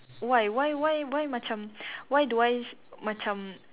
why why why why macam why do I macam